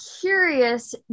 curious